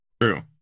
true